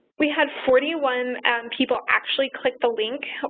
we had forty one people actually click the link,